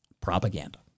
propaganda